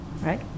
right